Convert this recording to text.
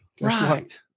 Right